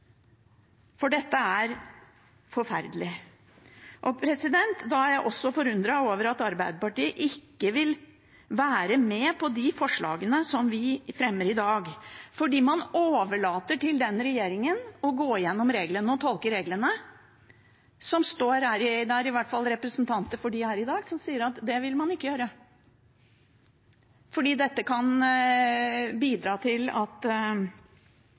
er forferdelig. Jeg er også forundret over at Arbeiderpartiet ikke vil være med på de forslagene som vi fremmer i dag, for man overlater det å gå igjennom og tolke reglene til en regjering som har representanter her i dag som sier at det vil man ikke gjøre, fordi dette kan bidra til at